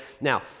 Now